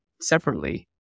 separately